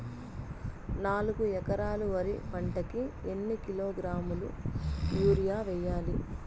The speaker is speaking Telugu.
నాలుగు ఎకరాలు వరి పంటకి ఎన్ని కిలోగ్రాముల యూరియ వేయాలి?